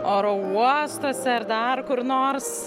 oro uostuose ar dar kur nors